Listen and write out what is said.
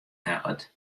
hellet